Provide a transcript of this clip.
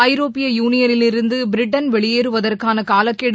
ஐரோப்பிய யூனியனில் இருந்து பிரிட்டன் வெளியேறுவதற்கான காலக்கெடு